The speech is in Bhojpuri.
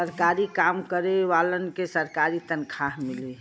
सरकारी काम करे वालन के सरकारी तनखा मिली